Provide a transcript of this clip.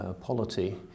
polity